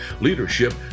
leadership